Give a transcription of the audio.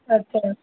अच्छा